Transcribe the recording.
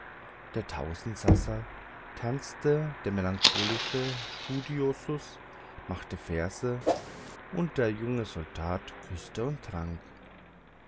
der tausendsasa tanzte der melancholische studiosus machte verse und der junge soldat küßte und trank